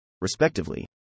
respectively